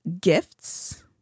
gifts